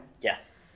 Yes